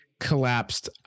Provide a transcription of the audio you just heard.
Collapsed